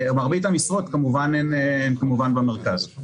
מרבית המשרות הן כמובן במרכז.